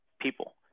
people